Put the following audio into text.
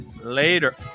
later